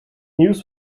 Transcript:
nieuws